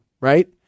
right